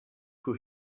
who